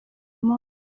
munsi